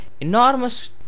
enormous